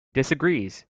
disagrees